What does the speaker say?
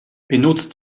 benutzt